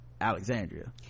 alexandria